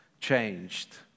changed